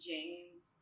James